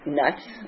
nuts